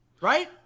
Right